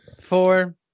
four